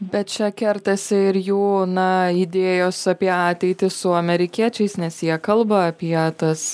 bet čia kertasi ir jų na idėjos apie ateitį su amerikiečiais nes jie kalba apie tas